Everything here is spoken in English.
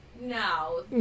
No